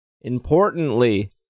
Importantly